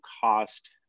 cost